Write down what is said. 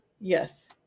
Yes